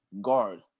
guard